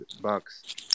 bucks